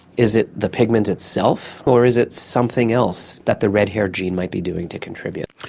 is it the pigment itself or is it something else that the red hair gene might be doing to contribute?